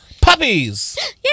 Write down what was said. Puppies